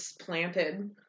planted